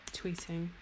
tweeting